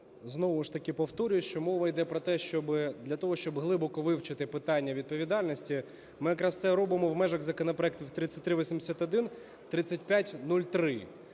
Знову ж таки повторюю, що мова йде про те, щоб... для того, щоб глибоко вивчити питання відповідальності, ми якраз це і робимо в межах законопроектів 3381, 3503.